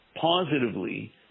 positively